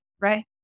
right